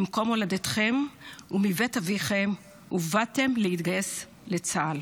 ממקום הולדתכם ומבית אביכם ובאתם להתגייס לצה"ל.